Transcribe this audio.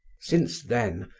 since then,